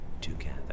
together